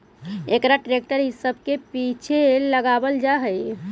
एकरा ट्रेक्टर इ सब के पीछे लगावल जा हई